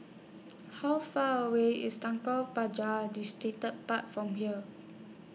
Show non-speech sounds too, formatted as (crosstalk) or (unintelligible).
How Far away IS (unintelligible) Pagar Distripark from here